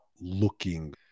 looking